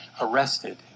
arrested